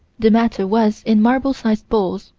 the matter was in marble-sized balls,